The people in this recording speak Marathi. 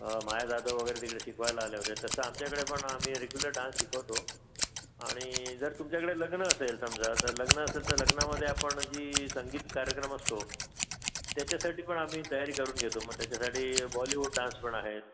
माया जाधव वगैरे तिकडे शिकवायला आल्या होत्या तसं आमच्याकडे पण आम्ही रेगुलर डान्स शिकवतो आणि जर तुमच्याकडे लग्न असेल समजा तर लग्न असेल तर लग्नामध्ये आपण जी संगीत कार्यक्रम असतो त्याच्यासाठी पण आम्ही तयारी करून घेतो मग त्याच्यासाठी बॉलिवूड डान्स पण आहेत